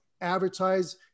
advertise